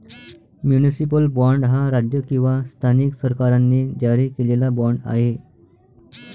municipal bond हा राज्य किंवा स्थानिक सरकारांनी जारी केलेला बाँड आहे